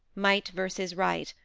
might versus right,